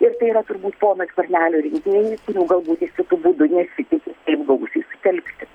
ir tai yra turbūt pono skvernelio rinkėjų kurių galbūt jis kitu būdu nesitiki taip gausiai sutelkti